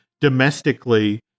domestically